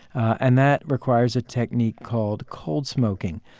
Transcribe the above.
and that requires a technique called cold smoking.